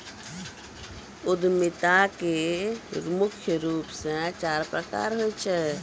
उद्यमिता मुख्य रूप से चार प्रकार के होय छै